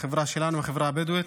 בחברה הבדואית